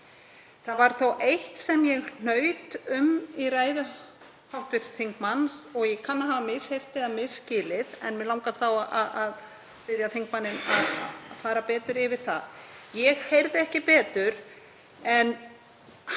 Það var þó eitt sem ég hnaut um í ræðu hv. þingmanns og mér kann að hafa misheyrst eða misskilið en mig langar þá að biðja þingmanninn að fara betur yfir það. Ég heyrði ekki betur en hv.